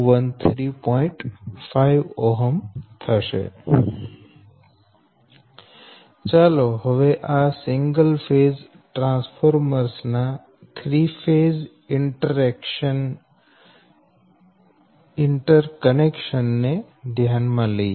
5 ચાલો હવે આ સિંગલ ફેઝ ટ્રાન્સફોર્મર્સ ના 3 ફેઝ ઈન્ટરકનેક્શન ને ધ્યાન માં લઈએ